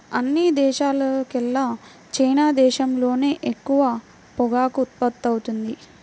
అన్ని దేశాల్లోకెల్లా చైనా దేశంలోనే ఎక్కువ పొగాకు ఉత్పత్తవుతుంది